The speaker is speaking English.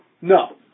No